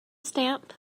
stamp